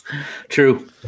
true